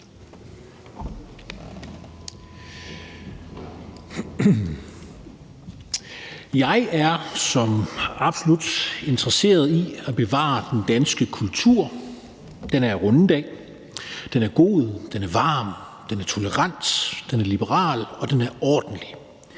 Jeg er så absolut interesseret i at bevare den danske kultur. Den er jeg jo rundet af. Den er god, den er varm, den er tolerant, den er liberal, og den er ordentlig.